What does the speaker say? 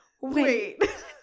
wait